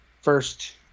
First